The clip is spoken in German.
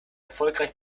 erfolgreich